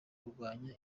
kurwanya